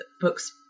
books